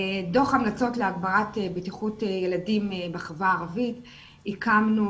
דוח המלצות להגברת בטיחות ילדים בחברה הערבית - הקמנו